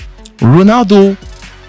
Ronaldo